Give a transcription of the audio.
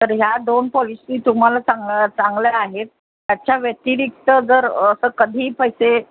तर ह्या दोन पॉलिसी तुम्हाला चांग चांगल्या आहेत याच्याव्यतिरिक्त जर असं कधी पैसे